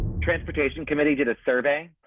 transportation committee did a survey.